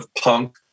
punk